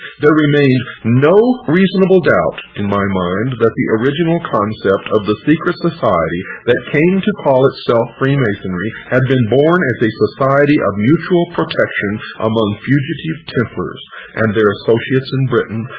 there remained no reasonable doubt in my mind that the original concept of the secret society that came to call itself freemasonry had been born as a society of mutual protection among fugitive templars and their associates in britain,